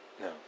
No